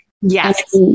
Yes